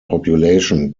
population